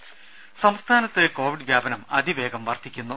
രുര സംസ്ഥാനത്ത് കോവിഡ് വ്യാപനം അതിവേഗം വർധിക്കുന്നു